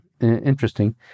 interesting